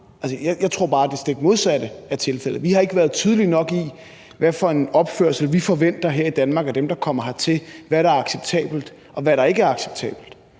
Jeg tror, at det stik modsatte er tilfældet. Vi har ikke været tydelige nok med, hvad for en opførsel vi forventer her i Danmark af dem, der kommer hertil, hvad der er acceptabelt, og hvad der ikke er acceptabelt.